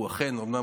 אומנם,